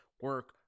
Work